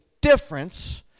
difference